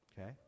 okay